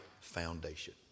foundation